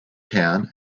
town